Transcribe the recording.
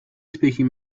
speaking